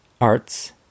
Arts